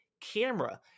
camera